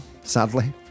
sadly